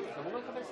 מרמה,